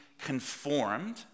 conformed